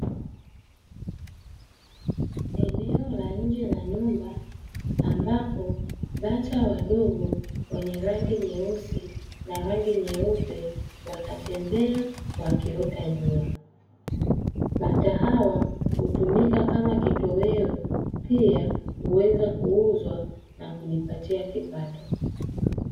Eneo lanje la nyumba ambapo bata wadogo wenye rangi nyeusi na rangi nyeupe wanatembea wakiota jua. Bata hawa hutumika kama kitoweo pia huweza kuuzwa na kujipatia kipato.